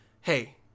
Hey